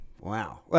Wow